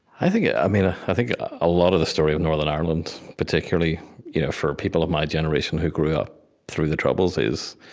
i think i um and think a lot of the story of northern ireland, particularly you know for people of my generation who grew up through the troubles is,